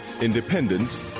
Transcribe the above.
independent